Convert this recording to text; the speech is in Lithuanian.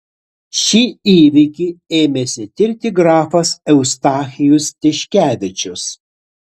šį įvykį ėmėsi tirti grafas eustachijus tiškevičius